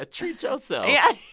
ah treat yourself yeah,